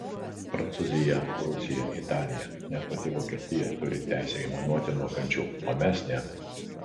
prancūzija rusija italija net pati vokietija turi teisę aimanuoti nuo kančių o mes ne